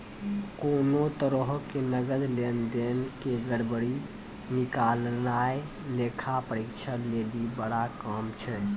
कोनो तरहो के नकद लेन देन के गड़बड़ी निकालनाय लेखा परीक्षक लेली बड़ा काम छै